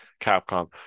capcom